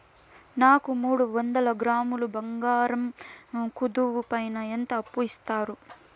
నాకు మూడు వందల గ్రాములు బంగారం కుదువు పైన ఎంత అప్పు ఇస్తారు?